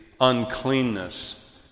uncleanness